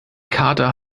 kater